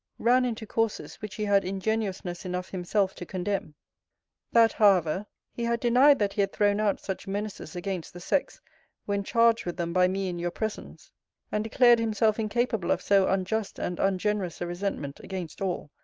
ran into courses which he had ingenuousness enough himself to condemn that, however, he had denied that he had thrown out such menaces against the sex when charged with them by me in your presence and declared himself incapable of so unjust and ungenerous a resentment against all,